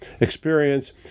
experience